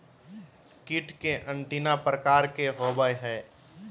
कीट के एंटीना प्रकार कि होवय हैय?